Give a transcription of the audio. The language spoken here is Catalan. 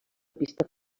pista